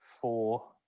four